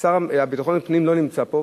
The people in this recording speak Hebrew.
השר לביטחון פנים לא נמצא פה,